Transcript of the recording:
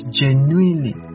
genuinely